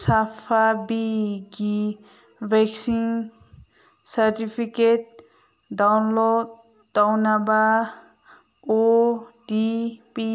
ꯁꯥꯐꯕꯤꯒꯤ vaccine certificate download ꯇꯧꯅꯕ O T ꯄꯤ